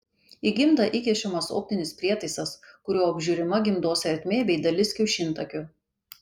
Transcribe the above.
į gimdą įkišamas optinis prietaisas kuriuo apžiūrima gimdos ertmė bei dalis kiaušintakių